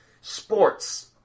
Sports